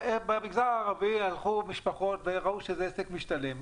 במגזר הערבי משפחות ראו שזה עסק משתלם,